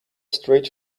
straight